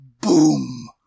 Boom